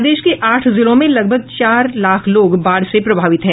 प्रदेश के आठ जिलों में लगभग चार लाख लोग बाढ़ से प्रभावित हैं